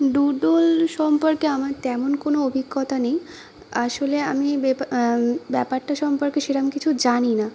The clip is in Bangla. ডুডল সম্পর্কে আমার তেমন কোনো অভিজ্ঞতা নেই আসলে আমি ব্যাপারটা সম্পর্কে সেরকম কিছু জানি না